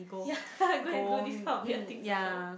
ya go and do this kind of weird things also